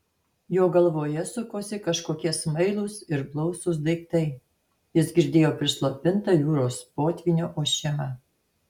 jo galvoje sukosi kažkokie smailūs ir blausūs daiktai jis girdėjo prislopintą jūros potvynio ošimą